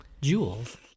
jewels